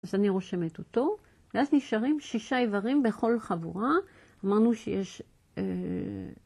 אז אני רושמת אותו, ואז נשארים שישה איברים בכל חבורה, אמרנו שיש אהה...